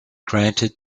granted